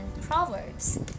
Proverbs